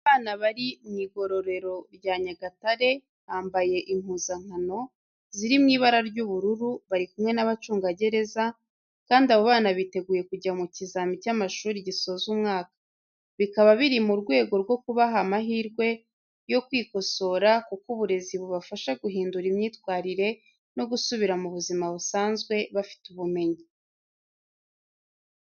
Abana bari mu igororero rya Nyagatare, bambaye impuzankano ziri mu ibara ry'ubururu, bari kumwe n'abacungagereza kandi abo bana biteguye kujya mu kizami cy'amashuri gisoza umwaka. Bikaba biri mu rwego rwo kubaha amahirwe yo kwikosora kuko uburezi bubafasha guhindura imyitwarire no gusubira mu buzima busanzwe bafite ubumenyi.